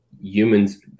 humans